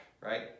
right